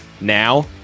Now